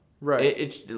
Right